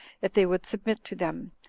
if they would submit to them,